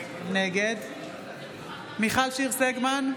נגד מיכל שיר סגמן,